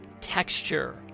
texture